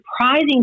surprising